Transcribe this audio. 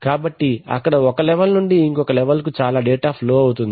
కాబట్టి అక్కడ ఒక లెవెల్ నుండి ఇంకొక లెవల్ కు చాలా డేటా ఫ్లో అవుతుంది